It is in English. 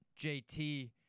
JT